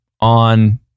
on